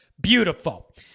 beautiful